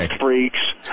freaks